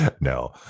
No